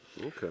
Okay